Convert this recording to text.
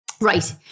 right